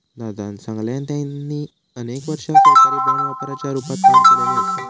दादानं सांगल्यान, त्यांनी अनेक वर्षा सरकारी बाँड व्यापाराच्या रूपात काम केल्यानी असा